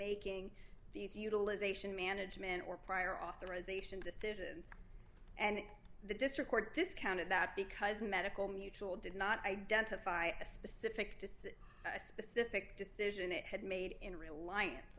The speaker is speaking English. these utilization management or prior authorization decisions and the district court discounted that because medical mutual did not identify a specific a specific decision it had made in reliance